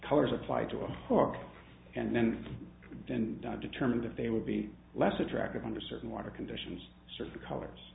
colors applied to a cork and then been determined that they would be less attractive under certain water conditions certain colors